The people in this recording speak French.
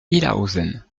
illhaeusern